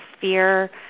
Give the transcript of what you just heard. fear